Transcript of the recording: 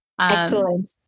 Excellent